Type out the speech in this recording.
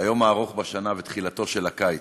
היום הארוך בשנה ותחילתו של הקיץ.